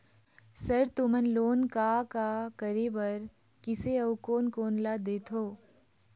Sir तुमन loan का का करें बर, किसे अउ कोन कोन ला देथों?